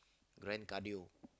grand cardio